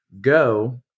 go